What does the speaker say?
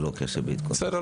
ללא קשר --- בסדר.